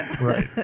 right